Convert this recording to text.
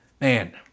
Man